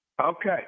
Okay